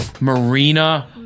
Marina